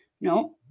No